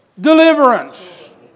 deliverance